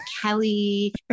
kelly